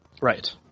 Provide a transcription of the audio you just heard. Right